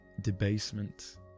debasement